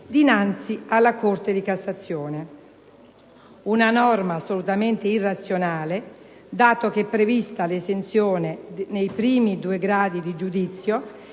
dinanzi alla Corte di cassazione. Si tratta di una norma assolutamente irrazionale, dato che è prevista l'esenzione nei primi due gradi di giudizio,